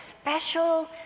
special